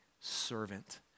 servant